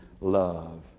love